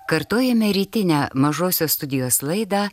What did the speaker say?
kartojame rytinę mažosios studijos laidą